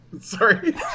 Sorry